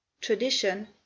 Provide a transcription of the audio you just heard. tradition